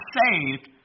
saved